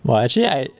!wah! actually I